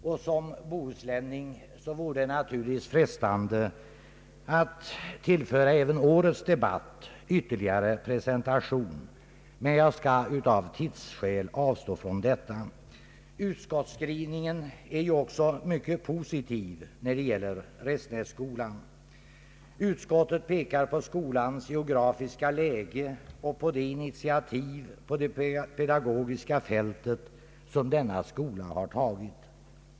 För en bohuslänning vore det naturligtvis frestande att tillföra även årets debatt ytterligare presentation, men jag skall av tidsskäl avstå från detta. Utskottets skrivning är också mycket positiv när det gäller Restenässkolan. Utskottet pekar på skolans geografiska läge och på de initiativ på det pedagogiska fältet som denna skola har tagit.